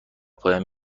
پایان